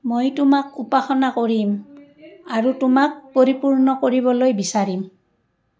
মই তোমাক উপাসনা কৰিম আৰু তোমাক পৰিপূৰ্ণ কৰিবলৈ বিচাৰিম